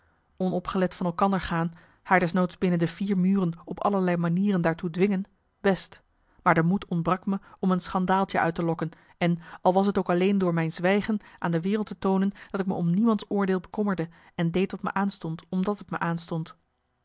onopgelet van elkander gaan haar des noods binnen de vier muren op allerlei manieren daartoe dwingen best maar de moed ontbrak me om een schandaaltje uit te lokken en al was t ook alleen door mijn zwijgen aan de wereld te toonen dat ik me om niemands oordeel bekommerde en deed wat me aanstond omdat het me aanstond